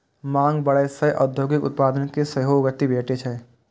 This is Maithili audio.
मांग बढ़ै सं औद्योगिक उत्पादन कें सेहो गति भेटै छै